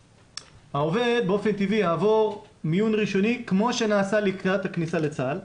העובד באופן טבעי יעבור מיון ראשוני כמו שנעשה לקראת הכניסה לצה"ל,